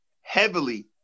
heavily